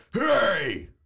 hey